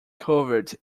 covered